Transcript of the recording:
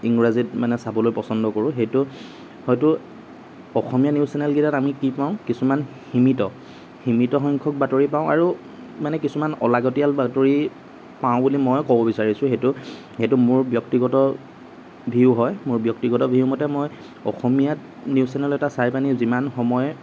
ইংৰাজীত মানে চাবলৈ পছন্দ কৰোঁ সেইটো হয়তো অসমীয়া নিউজ চেনেলকেইটাত আমি কি পাওঁ কিছুমান সীমিত সীমিত সংখ্যক বাতৰি পাওঁ আৰু মানে কিছুমান অলাগতীয়াল বাতৰি পাওঁ বুলি মই ক'ব বিচাৰিছোঁ সেইটো সেইটো মোৰ ব্যক্তিগত ভিউ হয় মোৰ ব্যক্তিগত ভিউ মতে মই অসমীয়াত নিউজ চেনেল এটা চাই পেনি যিমান সময়